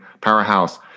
powerhouse